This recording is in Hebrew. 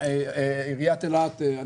עיריית אילת,